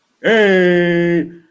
Hey